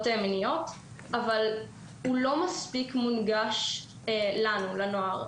מיניות אבל הוא לא מספיק מונגש לנוער.